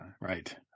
Right